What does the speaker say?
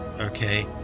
okay